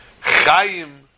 Chaim